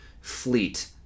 fleet